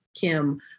Kim